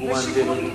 ומיקום אנטנות.